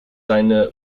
seine